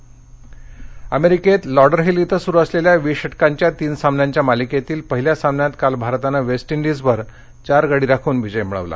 cricket अमेरिकेत Lauderhill इथं सुरू असलेल्या वीस षटकांच्या तीन सामन्यांच्या मालिकेतील पहिल्या सामन्यात काल भारतानं वेस्ट इंडीजवर चार गडी राखून विजय मिळवला